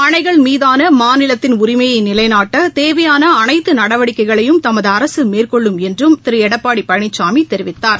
அனைகள் மீதானமாநிலத்தின் உரிமையைநிலைநாட்டதேவையானஅனைத்துநடவடிக்கைகளையும் தமதுஅரசுமேற்கொள்ளும் என்றும் திருஎடப்பாடிபழனிசாமிதெரிவித்தார்